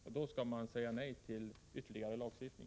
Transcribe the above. Därför skall man säga nej till ytterligare lagstiftning.